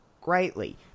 greatly